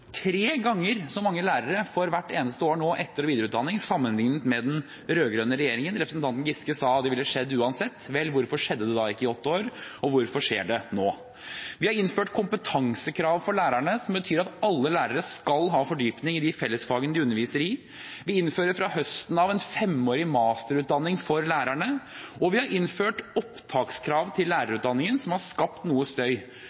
Tre ganger så mange lærere får hvert eneste år etter- og videreutdanning nå sammenlignet med under den rød-grønne regjeringen. Representanten Giske sa det ville skjedd uansett. Vel, hvorfor skjedde det da ikke på åtte år, og hvorfor skjer det nå? Vi har innført kompetansekrav for lærerne, som betyr at alle lærere skal ha fordypning i de fellesfagene de underviser i. Vi innfører fra høsten av en femårig masterutdanning for lærerne, og vi har innført opptakskrav til lærerutdanningen som har skapt noe støy.